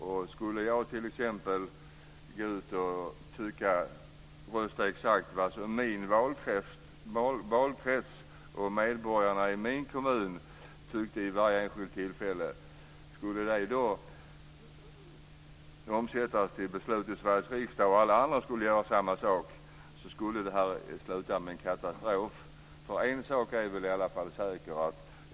Om jag skulle rösta exakt som min valkrets och medborgarna i min kommun tyckte vid varje enskilt tillfälle, och om alla andra skulle göra samma sak, skulle det sluta med en katastrof. En sak är i alla fall säker.